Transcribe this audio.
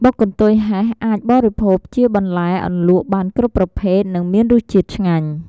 បុកកន្ទុយហេះអាចបរិភោគជាបន្លែអន្លក់បានគ្រប់ប្រភេទ និងមានរសជាតិឆ្ងាញ់